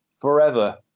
forever